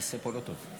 הכיסא פה לא טוב.